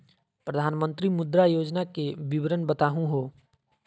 प्रधानमंत्री मुद्रा योजना के विवरण बताहु हो?